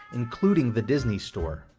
including the disney store.